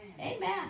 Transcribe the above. amen